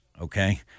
okay